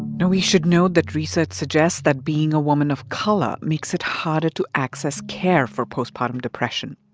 now, we should note that research suggests that being a woman of color makes it harder to access care for postpartum depression.